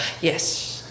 Yes